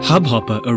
Hubhopper